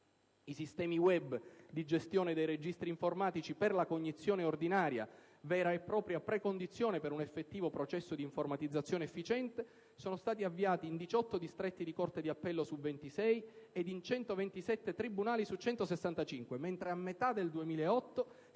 I sistemi *web* di gestione dei registri informatici per la cognizione ordinaria, vera e propria precondizione per un effettivo processo di informatizzazione efficiente, sono stati avviati in 18 distretti di corte d'appello su 26 ed in 127 tribunali su 165, mentre a metà del 2008 si era fermi ad un solo distretto e